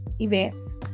events